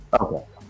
Okay